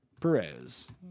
Perez